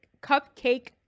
cupcake